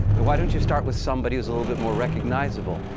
why don't you start with somebody who's a little bit more recognizable?